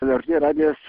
lrt radijas